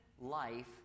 life